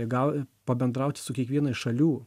gal pabendrauti su kiekviena iš šalių